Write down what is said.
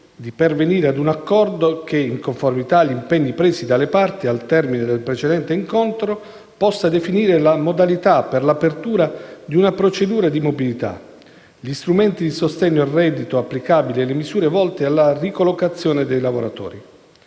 di pervenire ad un accordo che, in conformità agli impegni presi dalle parti al termine del precedente incontro, possa definire le modalità per l'apertura di una procedura di mobilità, gli strumenti di sostegno al reddito applicabili e le misure volte alla ricollocazione dei lavoratori.